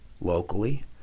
locally